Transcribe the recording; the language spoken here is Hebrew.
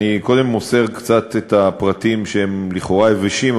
אני קודם מוסר את הפרטים שהם לכאורה יבשים,